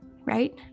right